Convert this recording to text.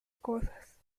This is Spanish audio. cosas